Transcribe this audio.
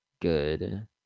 good